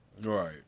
Right